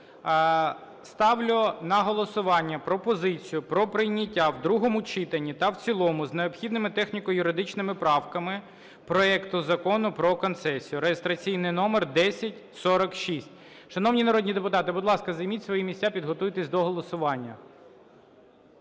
ставлю на голосування пропозицію про прийняття в другому читанні та в цілому з необхідними техніко-юридичними правками проекту Закону про концесію (реєстраційний номер 1046). Шановні народні депутати, будь ласка, займіть свої місця, підготуйтеся до голосування.